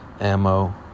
Ammo